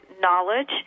knowledge